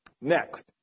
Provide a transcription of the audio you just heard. Next